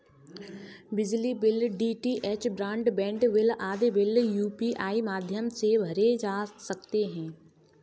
बिजली bill, DTH broadband bill आदि bill UPI माध्यम से भरे जा सकते हैं